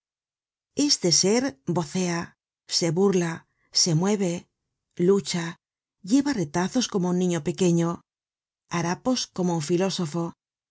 este ser vocea se burla se mueve lucha lleva retazos como un niño pequeño harapos como un filósofo